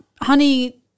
Honey